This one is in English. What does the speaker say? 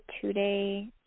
two-day